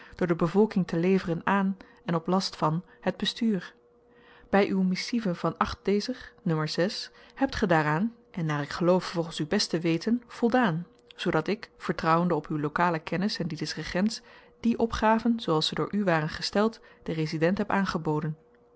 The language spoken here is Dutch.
door de bevolking te leveren aan en op last van het bestuur by uwe missive van dezer n hebt ge daaraan en naar ik geloof volgens uw beste weten voldaan zoodat ik vertrouwende op uw lokale kennis en die des regents die opgaven zooals ze door u waren gesteld den resident heb aangeboden